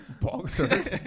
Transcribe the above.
boxers